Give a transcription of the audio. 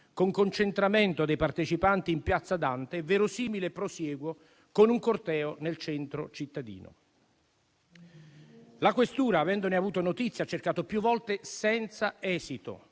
con concentramento dei partecipanti in piazza Dante e verosimile prosieguo con un corteo nel centro cittadino. La questura, avendone avuto notizia, ha cercato più volte, senza esito,